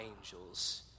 angels